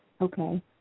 Okay